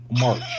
March